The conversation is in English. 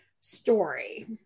story